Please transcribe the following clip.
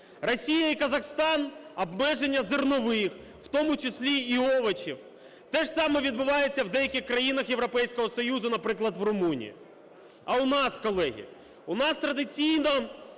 Росія і Казахстан - обмеження зернових, в тому числі і овочів. Те ж саме відбувається у деяких країнах Європейського Союзу, наприклад в Румунії. А у нас, колеги? У нас традиційно